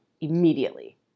immediately